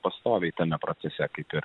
pastoviai tame procese kitur